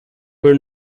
where